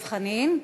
490,